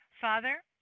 Father